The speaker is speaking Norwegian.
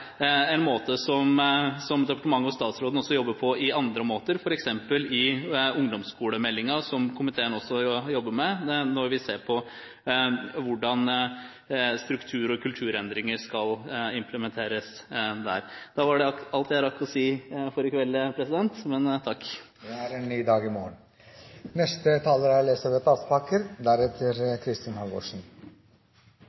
som departementet og statsråden jobber med på andre måter, f.eks. når vi ser på hvordan struktur- og kulturendringer skal implementeres i ungdomsskolemeldingen, som komiteen også jobber med. Da var det alt jeg rakk å si for i kveld, president – men takk. Det er en ny dag i morgen.